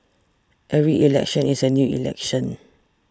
every election is a new election